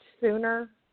sooner